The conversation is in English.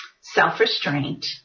self-restraint